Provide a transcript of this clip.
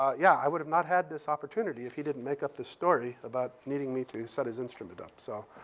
yeah yeah, i would have not had this opportunity if he didn't make up the story about needing me to set his instrument up. so